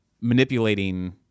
manipulating